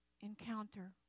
Encounter